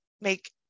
make